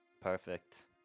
Perfect